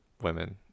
women